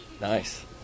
Nice